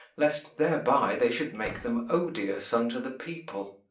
lest thereby they should make them odious unto the people.